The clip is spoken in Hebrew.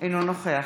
אינו נוכח